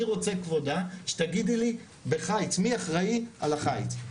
אני רוצה כבודה, שתגידי לי בחיץ מי אחראי על החיץ.